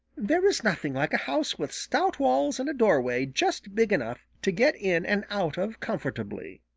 there is nothing like a house with stout walls and a doorway just big enough to get in and out of comfortably.